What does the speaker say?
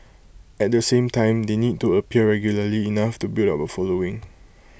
at the same time they need to appear regularly enough to build up A following